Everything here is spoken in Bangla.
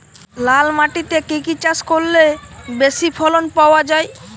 লাল মাটিতে কি কি চাষ করলে বেশি ফলন পাওয়া যায়?